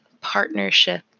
partnership